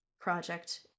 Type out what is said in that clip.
project